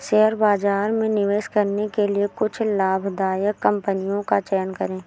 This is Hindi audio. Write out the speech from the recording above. शेयर बाजार में निवेश करने के लिए कुछ लाभदायक कंपनियों का चयन करें